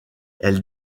elle